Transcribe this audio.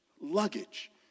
luggage